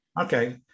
Okay